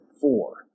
four